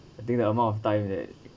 I think the amount of time that